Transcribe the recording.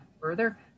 further